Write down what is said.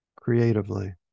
creatively